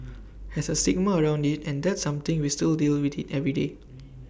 has A stigma around IT and that's something we still deal with every day